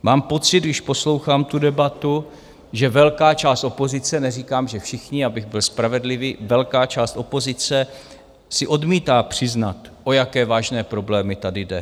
Mám pocit, když poslouchám tu debatu, že velká část opozice neříkám, že všichni, abych byl spravedlivý, velká část opozice si odmítá přiznat, o jaké vážné problémy tady jde.